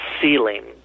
ceiling